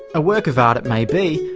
a work of art it may be,